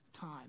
time